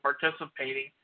participating